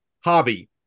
hobby